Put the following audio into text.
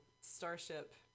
Starship